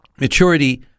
Maturity